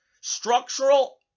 structural